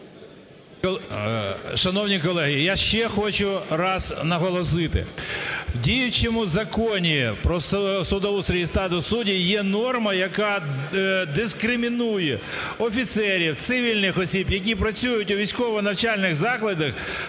Шановні колеги! Я ще хочу раз наголосити в діючому Законі "Про судоустрій і статус суддів" є норма, яка дискримінує офіцерів, цивільних осіб, які працюють у військово-навчальних закладах,